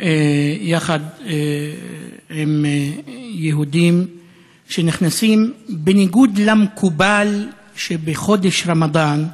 יחד עם יהודים שנכנסים בניגוד למקובל בחודש רמדאן.